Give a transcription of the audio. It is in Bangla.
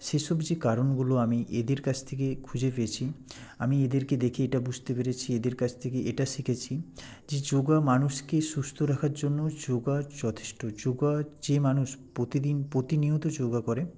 সেসব যে কারণগুলো আমি এদের কাছ থেকে খুঁজে পেয়েছি আমি এদেরকে দেখে এটা বুঝতে পেরেছি এদের কাছ থেকে এটা শিখেছি যে যোগা মানুষকে সুস্থ রাখার জন্য যোগা যথেষ্ট যোগা যে মানুষ প্রতিদিন প্রতিনিয়ত যোগা করে